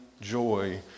joy